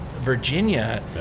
Virginia